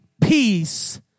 peace